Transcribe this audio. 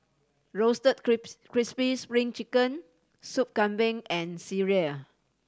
roasted crispy Spring Chicken Sup Kambing and sireh